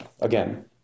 again